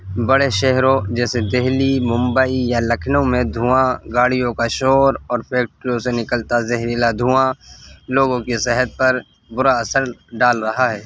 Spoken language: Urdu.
بڑے شہروں جیسے دہلی ممبئی یا لکھنؤ میں دھواں گاڑیوں کا شور اور فیکٹریوں سے نکلتا زہریلا دھواں لوگوں کی صحت پر برا اثر ڈال رہا ہے